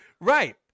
Right